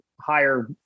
higher